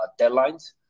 deadlines